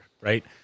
right